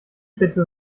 bitte